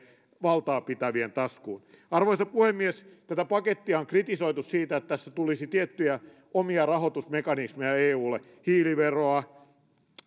valtaa pitävien taskuun arvoisa puhemies tätä pakettia on kritisoitu siitä että tässä tulisi tiettyjä omia rahoitusmekanismeja eulle hiilivero